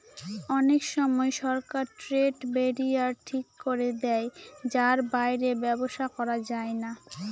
অনেক সময় সরকার ট্রেড ব্যারিয়ার ঠিক করে দেয় যার বাইরে ব্যবসা করা যায় না